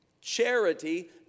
Charity